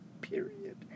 Period